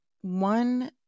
one